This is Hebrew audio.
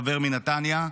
חבר מנתניה,